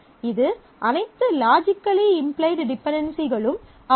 இது அனைத்து logically implied டிபென்டென்சிகளும் ஆகும்